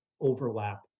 overlap